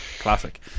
Classic